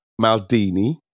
Maldini